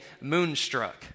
moonstruck